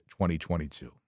2022